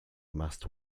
amassed